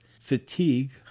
fatigue